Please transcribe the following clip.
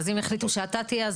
אז אם החליטו שאתה תהיה,